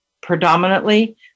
predominantly